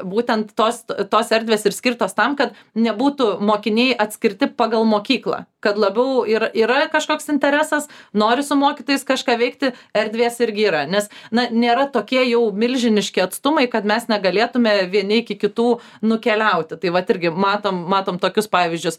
būtent tos tos erdvės ir skirtos tam kad nebūtų mokiniai atskirti pagal mokyklą kad labiau ir yra kažkoks interesas nori su mokytojais kažką veikti erdvės irgi yra nes na nėra tokie jau milžiniški atstumai kad mes negalėtume vieni iki kitų nukeliauti tai vat irgi matom matom tokius pavyzdžius